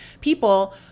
people